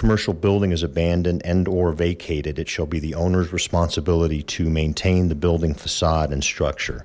commercial building is abandoned and or vacated it shall be the owner's responsibility to maintain the building facade and structure